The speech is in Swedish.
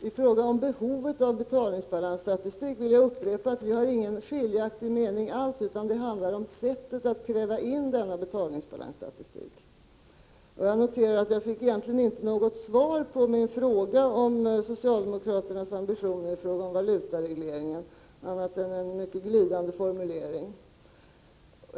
Herr talman! Jag vill upprepa att vi inte har någon skiljaktig mening i fråga om behovet av en betalningsbalansstatistik. Det handlar om sättet att kräva in uppgifter för denna betalningsbalansstatistik. Jag noterar att jag egentligen inte har fått något svar på min fråga om socialdemokraternas ambitioner beträffande valutaregleringen, vilket bara berördes i en mycket glidande formulering.